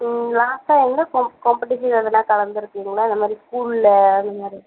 லாஸ்ட்டாக எந்த காம்பெடிஷனில் எதுன்னால் கலந்துருக்கீங்களா அந்த மாதிரி ஸ்கூலில் அந்த மாதிரி